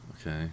Okay